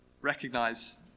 recognize